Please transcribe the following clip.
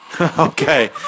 Okay